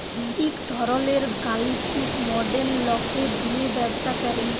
ইক ধরলের গালিতিক মডেল লকে দিয়ে ব্যবসা করে